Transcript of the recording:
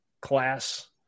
class